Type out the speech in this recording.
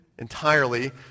Entirely